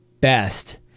best